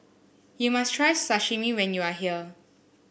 you must try Sashimi when you are here